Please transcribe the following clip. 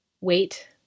Wait